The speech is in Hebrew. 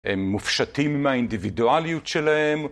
הם מופשטים עם האינדיבידואליות שלהם.